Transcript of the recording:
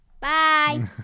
Bye